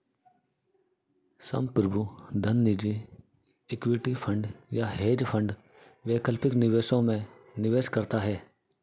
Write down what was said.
संप्रभु धन निजी इक्विटी फंड या हेज फंड वैकल्पिक निवेशों में निवेश करता है